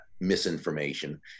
misinformation